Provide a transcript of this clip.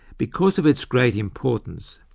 because of its great importance,